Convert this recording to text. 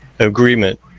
Agreement